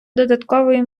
додатковою